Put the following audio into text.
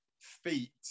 feet